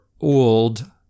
old